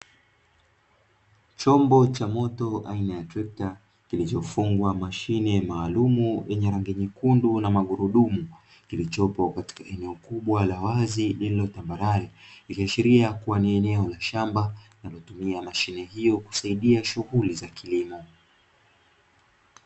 Chombo cha moto aina ya trekta kilichofungwa mashine maalum yenye rangi nyekundu na magurudumu, kilichopo katika eneo kubwa la wazi lililotambarale, ilishiria kuwa ni eneo la shamba linalotumia mashine hiyo kusaidia shughuli za kilimo.